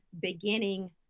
beginning